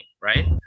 right